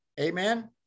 Amen